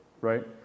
right